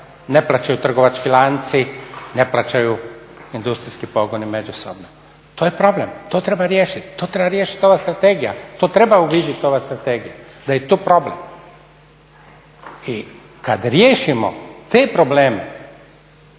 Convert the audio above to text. ne plaćaju trgovački lanci, ne plaćaju industrijski pogoni međusobno. To je problem, to treba riješiti. To treba riješiti ova strategija, to treba uvidjeti ova strategija da je to problem. I kad riješimo te probleme